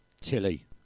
Tilly